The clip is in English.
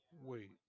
wait